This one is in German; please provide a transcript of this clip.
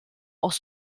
aus